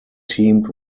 teamed